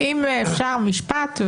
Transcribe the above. אם אפשר משפט.